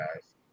guys